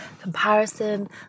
comparison